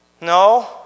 No